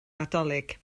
nadolig